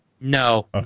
No